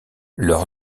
leur